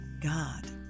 God